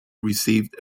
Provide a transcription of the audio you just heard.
received